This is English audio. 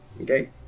Okay